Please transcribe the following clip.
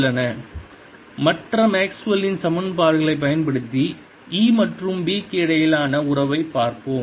B00 or B has components By and Bz only மற்ற மேக்ஸ்வெல்லின்Maxwell's சமன்பாடுகளைப் பயன்படுத்தி E மற்றும் B க்கு இடையிலான உறவைப் பார்ப்போம்